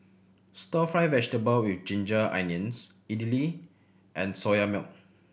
Stir Fry vegetable with ginger onions idly and Soya Milk